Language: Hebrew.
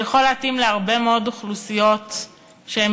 שיכול להתאים להרבה מאוד אוכלוסיות שהן